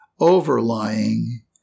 overlying